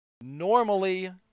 Normally